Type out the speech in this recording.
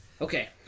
Okay